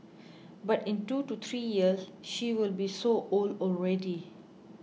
but in two to three years she will be so old already